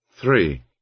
three